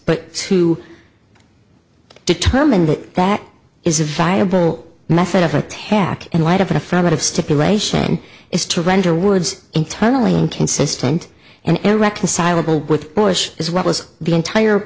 but to determine that that is a viable method of attack in light of an affirmative stipulation is to render words internally inconsistent and irreconcilable with bush is what was the entire